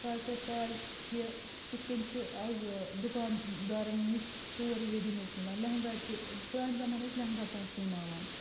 تۄہہِ آسیو پاے کہِ کِتھ کٔنۍ چھِ آز دُکان دارن نِش سورُے ریٚڈی میٹ مِلان لیہنگا چھُ پرانہِ زمان ٲسۍ لہنگا تانۍ سوناوان